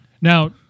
now